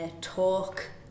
talk